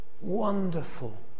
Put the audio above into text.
Wonderful